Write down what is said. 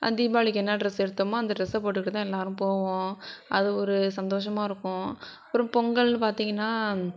தீபாவளிக்கு என்ன ட்ரெஸ் எடுத்தோமோ அந்த ட்ரெஸை போட்டுகிட்டுதான் எல்லோரும் போவோம் அது ஒரு சந்தோஷமாக இருக்கும் அப்புறம் பொங்கல்னு பார்த்தீங்கன்னா